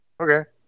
okay